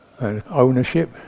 Ownership